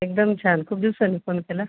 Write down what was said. एकदम छान खूप दिवसांनी फोन केला